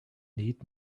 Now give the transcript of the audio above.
need